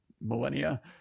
millennia